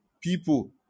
People